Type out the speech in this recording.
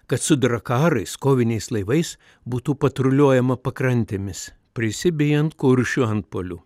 kad su drakarais koviniais laivais būtų patruliuojama pakrantėmis prisibijant kuršių antpuolių